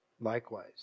likewise